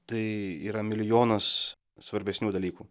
tai yra milijonas svarbesnių dalykų